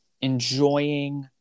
enjoying